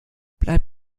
bleibt